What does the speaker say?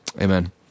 Amen